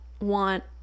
want